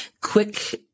quick